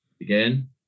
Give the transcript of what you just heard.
again